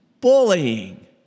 bullying